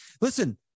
Listen